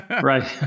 Right